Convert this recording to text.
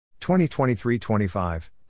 2023-25